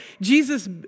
Jesus